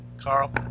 Carl